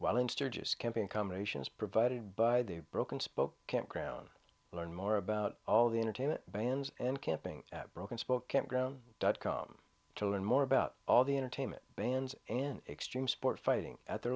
while in sturgis camping combinations provided by the broken spoke campground learn more about all the entertainment bans and camping at broken spoke campground dot com to learn more about all the entertainment bans in extreme sport fighting at their